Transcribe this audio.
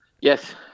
Yes